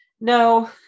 no